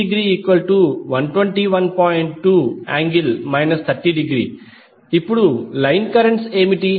2∠ 30° ఇప్పుడు line currents ఏమిటి